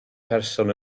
person